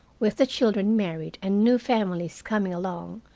with the children married and new families coming along,